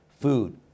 Food